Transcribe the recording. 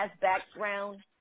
background